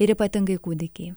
ir ypatingai kūdikiai